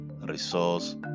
resource